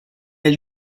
elle